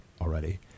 already